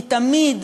כי תמיד,